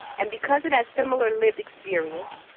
and because of that similar lived experience,